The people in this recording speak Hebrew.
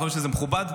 אני חושב שזה מכובד.